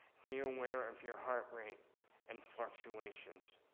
be aware of your heart rate and fluctuations.